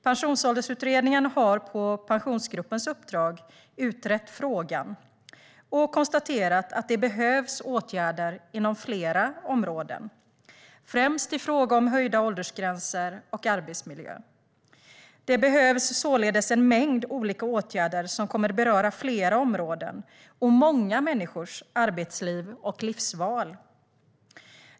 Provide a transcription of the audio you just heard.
Pensionsåldersutredningen har på Pensionsgruppens uppdrag utrett frågan och konstaterat att det behövs åtgärder inom flera områden, främst i fråga om höjda åldersgränser och arbetsmiljö. Det behövs således en mängd olika åtgärder som kommer att beröra flera områden och många människors arbetsliv och livsval.